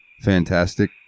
fantastic